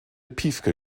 piefke